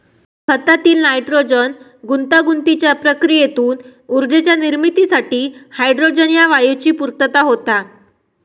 खतातील नायट्रोजन गुंतागुंतीच्या प्रक्रियेतून ऊर्जेच्या निर्मितीसाठी हायड्रोजन ह्या वायूची पूर्तता होता